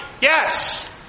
Yes